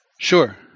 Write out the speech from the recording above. Sure